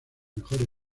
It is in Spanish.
mejores